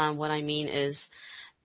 um what i mean is,